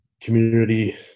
community